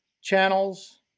channels